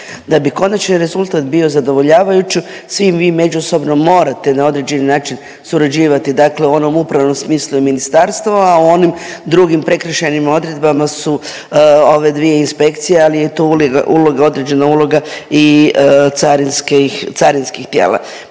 Da bi konačni rezultat bio zadovoljavajući svi vi međusobno morate na određeni način surađivati, dakle u onom upravnom smislu ministarstava, a u onim drugim prekršajnim odredbama su ove dvije inspekcije, ali je tu uloga, određena uloga i carinskih,